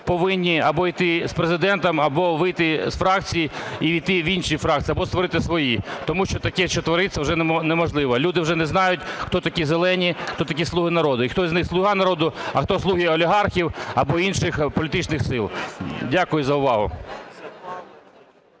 повинні або йти з Президентом, або вийти з фракції і увійти в інші фракції, або створити свої. Тому що таке, що твориться, вже неможливо. Люди вже не знають, хто такі "зелені", хто такі "слуги народу", і хто з них слуга народу, а хто слуги олігархів або інших політичних сил. Дякую за увагу.